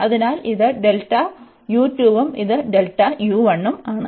അതിനാൽ ഇത് ഉം ഇത് ഉം ആണ്